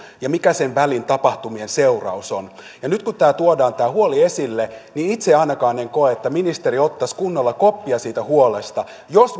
ja mikä sen välin tapahtumien seuraus on nyt kun tuodaan tämä huoli esille niin itse ainakaan en koe että ministeri ottaisi kunnolla koppia siitä huolesta jos